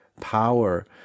power